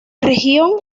región